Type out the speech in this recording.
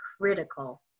critical